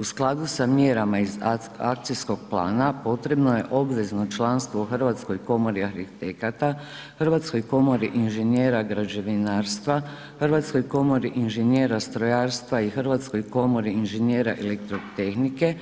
U skladu sa mjerama iz akcijskog plana potrebno je obvezno članstvo u Hrvatskoj komori arhitekata, Hrvatskoj komori inženjera građevinarstva, Hrvatskog komori inženjera strojarstva i Hrvatskoj komori inženjera elektrotehnike